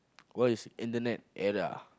what is internet era